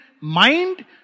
mind